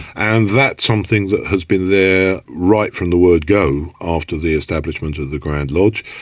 and that's something that has been there right from the word go after the establishment of the grand lodge.